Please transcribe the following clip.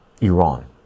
Iran